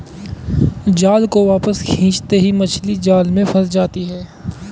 जाल को वापस खींचते ही मछली जाल में फंस जाती है